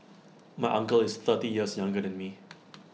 my uncle is thirty years younger than me